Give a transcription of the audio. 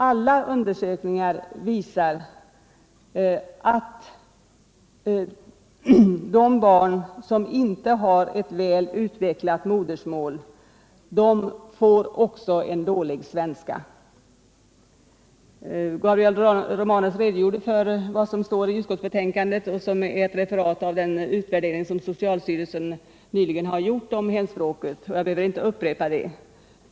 Alla undersökningar visar nämligen att de barn som inte har ett väl utvecklat modersmål får bristfälliga kunskaper också i svenska. Gabriel Romanus redogjorde för vad som står i utskottsbetänkandet om resultatet av den utvärdering som socialstyrelsen nyligen gjort om hemspråksträningen. Jag behöver inte här upprepa vad han sade.